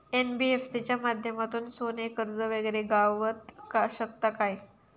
NBFC च्या माध्यमातून सोने कर्ज वगैरे गावात शकता काय?